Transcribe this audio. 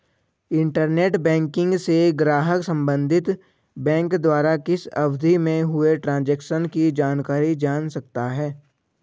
internet banking से ग्राहक संबंधित बैंक द्वारा किसी अवधि में हुए ट्रांजेक्शन की जानकारी जान सकता है